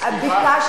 אבל הוא הגיע בזמן.